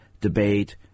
debate